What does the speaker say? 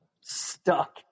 stuck